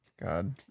God